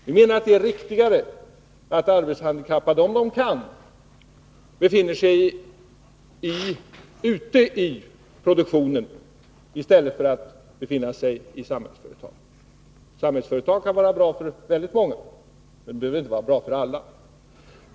Vi menar att det är riktigare att de arbetshandikappade — om de kan — befinner sig ute i produktionen än att de befinner sig i Samhällsföretag. Samhällsföretag kan vara bra för många, men det behöver inte vara bra för alla.